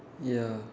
ya